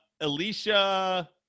Alicia